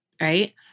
right